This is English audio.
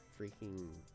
freaking